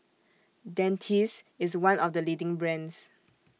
Dentiste IS one of The leading brands